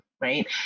right